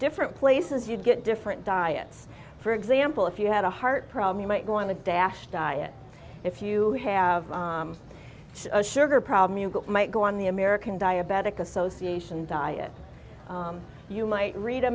different places you'd get different diets for example if you had a heart problem you might want to dash diet if you have a sugar problem you might go on the american diabetic association diet you might read a